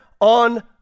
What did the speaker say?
on